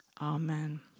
Amen